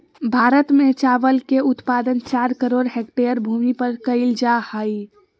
भारत में चावल के उत्पादन चार करोड़ हेक्टेयर भूमि पर कइल जा हइ